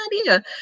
idea